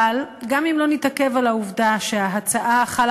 אבל גם אם לא נתעכב על העובדה שההצעה חלה